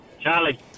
Charlie